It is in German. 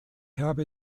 habe